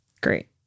Great